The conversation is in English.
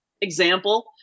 example